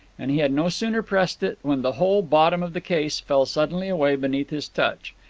and he had no sooner pressed it when the whole bottom of the case fell suddenly away beneath his touch.